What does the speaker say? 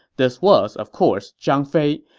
this was, of course, zhang fei.